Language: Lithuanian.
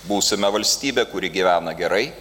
būsime valstybė kuri gyvena gerai